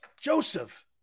Joseph